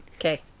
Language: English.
Okay